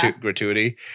gratuity